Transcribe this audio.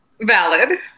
Valid